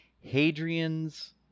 Hadrian's